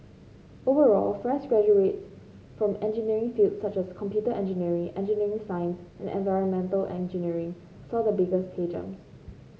overall fresh graduates from engineering fields such as computer engineering engineering science and environmental engineering saw the biggest pay jumps